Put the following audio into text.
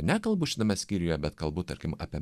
nekalbu šitame skyriuje bet kalbu tarkim apie